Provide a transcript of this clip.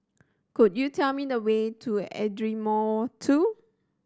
could you tell me the way to Ardmore Two